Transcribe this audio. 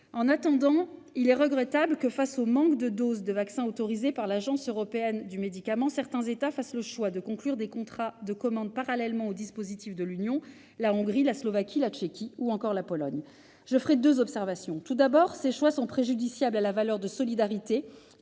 En attendant, il est regrettable que, face au manque de doses de vaccins autorisés par l'Agence européenne des médicaments, certains États fassent le choix de conclure des contrats de commande parallèlement au dispositif de l'Union : la Hongrie, la Slovaquie, la Tchéquie ou encore la Pologne. Je ferai deux observations. Tout d'abord, ces choix sont préjudiciables à la valeur de solidarité